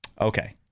Okay